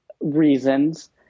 reasons